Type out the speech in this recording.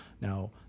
Now